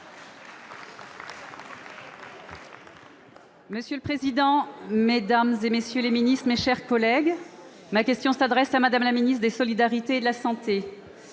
Monsieur le président, mesdames, messieurs les ministres, mes chers collègues, ma question s'adresse à Mme la ministre des solidarités et de la santé.